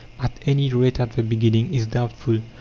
at any rate at the beginning, is doubtful.